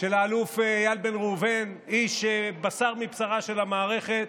של האלוף איל בן ראובן, בשר מבשרה של המערכת,